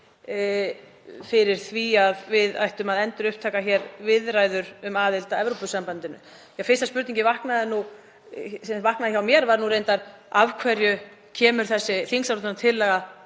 fyrir því að við ættum að endurupptaka viðræður um aðild að Evrópusambandinu. Fyrsta spurningin sem vaknaði hjá mér var reyndar: Af hverju kemur þessi þingsályktunartillaga